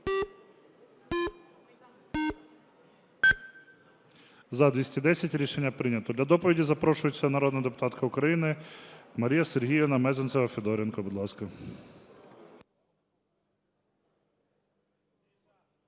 За-210 Рішення прийнято. Для доповіді запрошується народна депутатка України Марія Сергіївна Мезенцева-Федоренко, будь ласка.